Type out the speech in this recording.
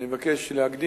אני מבקש להקדים,